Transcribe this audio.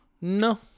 No